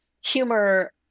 humor